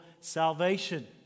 salvation